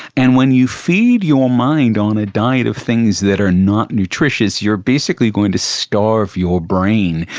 and when you feed your mind on a diet of things that are not nutritious, you're basically going to starve your brain,